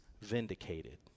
vindicated